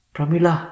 Pramila